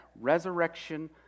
resurrection